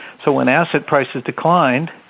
so when asset prices declined,